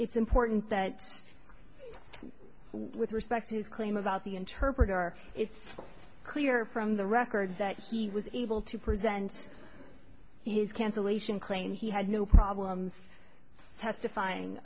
it's important that with respect to his claim about the interpreter it's clear from the record that he was able to present his cancellation claim he had no problems testifying